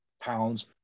pounds